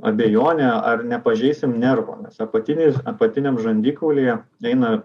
abejonė ar nepažeisim nervo apatiniai apatiniam žandikaulyje eina